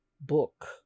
book